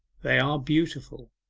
they are beautiful.